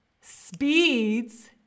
speeds